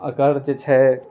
अकर जे छै